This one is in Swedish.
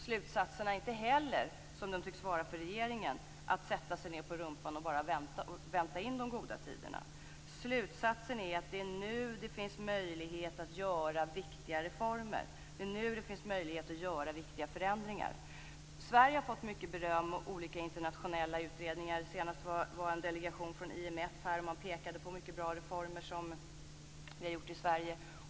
Slutsatserna är inte heller, som de tycks vara för regeringen, att man skall sätta sig ned på rumpan och bara vänta in de goda tiderna. Slutsatsen är att det är nu det finns möjlighet att göra viktiga reformer. Det är nu det finns möjlighet att göra viktiga förändringar. Sverige har fått mycket beröm av olika internationella utredningar. Senast var en delegation från IMF här, och man pekade på mycket bra reformer som vi har gjort i Sverige.